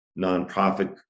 nonprofit